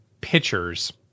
pitchers